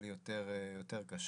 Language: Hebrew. כלכלי יותר קשה.